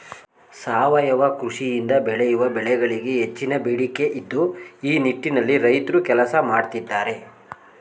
ಸಾವಯವ ಕೃಷಿಯಿಂದ ಬೆಳೆಯುವ ಬೆಳೆಗಳಿಗೆ ಹೆಚ್ಚಿನ ಬೇಡಿಕೆ ಇದ್ದು ಈ ನಿಟ್ಟಿನಲ್ಲಿ ರೈತ್ರು ಕೆಲಸ ಮಾಡತ್ತಿದ್ದಾರೆ